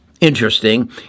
Interesting